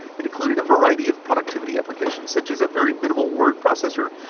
it included a variety of productivity applications, such as a very minimal word processor.